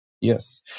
Yes